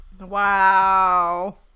Wow